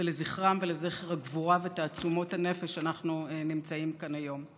ולזכרם ולזכר הגבורה ותעצומות הנפש אנחנו נמצאים כאן היום.